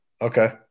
Okay